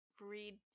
Read